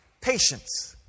patience